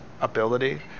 ability